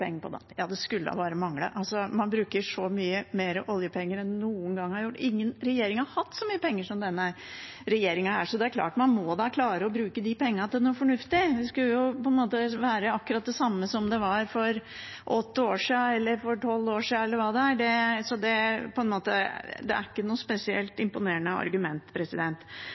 penger på datten. Ja, det skulle da bare mangle. Man bruker så mye mer oljepenger enn man noen gang har gjort. Ingen regjering har hatt så mye penger som denne regjeringen. Så det er klart man da må klare å bruke de pengene på noe fornuftig. Skulle det vært akkurat det samme som det var for åtte eller tolv år siden? Det er ikke noe spesielt imponerende argument. Jeg vil også takke representanten Tveiten Benestad for innlegget hennes. Det er